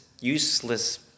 useless